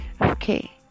Okay